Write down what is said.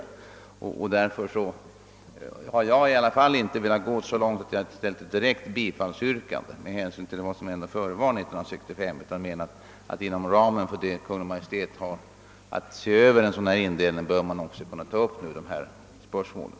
Med hänsyn till vad som förevar 1965 har jag inte velat gå så långt att jag ställt något direkt bifallsyrkande, utan jag menar att man inom ramen för vad Kungl. Maj:t har att se över vid en sådan indelning även bör kunna ta upp de spörsmål som berörts i motionerna.